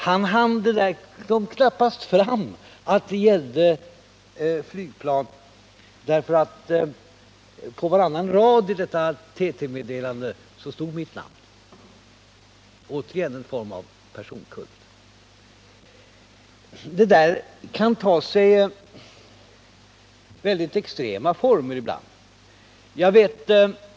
Han kom knappast fram till att det gällde flygplan, därför att på varannan rad i TT meddelandet stod mitt namn — återigen en form av personkult. Det där kan ta sig mycket extrema former ibland.